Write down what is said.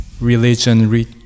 religion